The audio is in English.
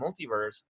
multiverse